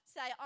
Say